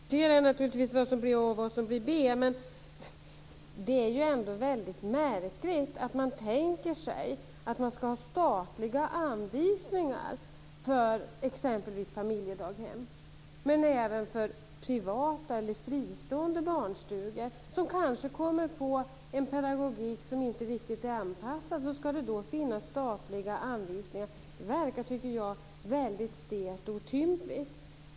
Fru talman! Då får man naturligtvis diskutera vad som bli A och vad som blir B. Men det är ändå märkligt att man tänker sig att det skall finnas statliga anvisningar för exempelvis familjedaghem. Skall det även finnas anvisningar för privata eller fristående barnstugor som kanske kommer på en pedagogik som inte riktigt är anpassad? Det tycker jag verkar stelt och otympligt.